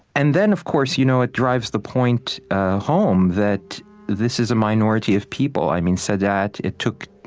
and then of course you know it drives the point home that this is a minority of people. i mean, sadat it took,